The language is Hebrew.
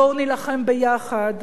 בואו נילחם ביחד,